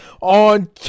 on